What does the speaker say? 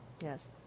Yes